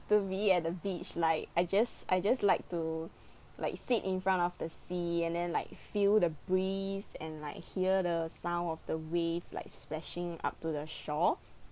to be at the beach like I just I just like to like sit in front of the sea and then like feel the breeze and like hear the sound of the wave like splashing up to the shore